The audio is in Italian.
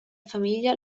famiglia